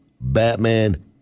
Batman